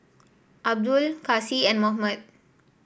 Abdul Kasih and Muhammad